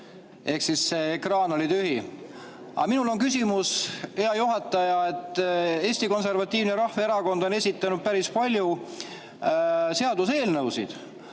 valida, ehk ekraan oli tühi. Aga minul on küsimus, hea juhataja. Eesti Konservatiivne Rahvaerakond on esitanud päris palju seaduseelnõusid,